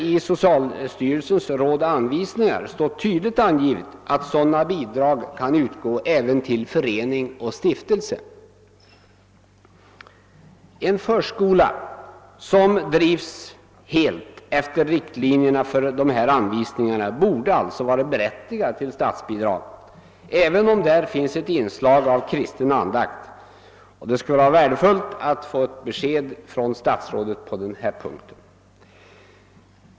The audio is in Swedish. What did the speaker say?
I socialstyrelsens råd och anvisningar står dock tydligt angivet att sådana bidrag kan utgå även till förening och stiftelse. En förskola som drivs helt efter riktlinjerna för nämnda anvisningar borde alltså vara berättigad till statsbidrag även om där finns ett inslag av kristen anda. Det skulle vara värdefullt att få ett besked av statsrådet på denna punkt.